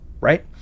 right